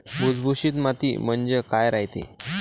भुसभुशीत माती म्हणजे काय रायते?